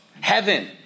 Heaven